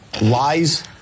lies